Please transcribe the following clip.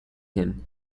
him